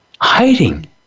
hiding